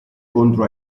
contro